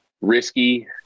Risky